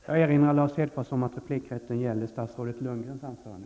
Jag får erinra Lars Hedfors om att replikrätten gäller statsrådet Bo Lundgrens anförande.